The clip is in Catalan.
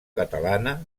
catalana